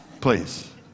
Please